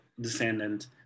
descendant